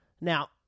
Now